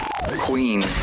Queen